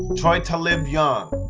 troy talib young,